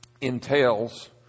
entails